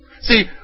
See